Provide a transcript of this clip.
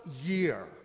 year